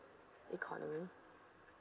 economy